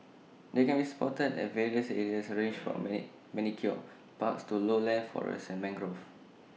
they can be spotted at various areas ranged from many manicured parks to lowland forests and mangroves